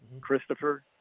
Christopher